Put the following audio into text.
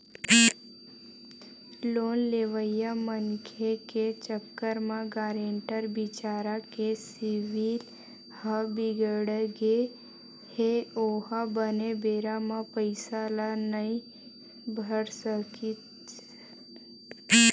loan लेवइया मनखे के चक्कर म गारेंटर बिचारा के सिविल ह बिगड़गे हे ओहा बने बेरा म पइसा ल नइ भर सकिस त